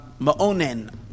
Ma'onen